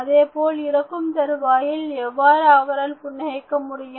அதேபோல் இறக்கும் தருவாயில் எவ்வாறு அவரால் புன்னகைக்க முடியும்